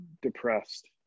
depressed